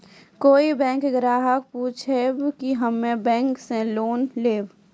कोई बैंक ग्राहक पुछेब की हम्मे बैंक से लोन लेबऽ?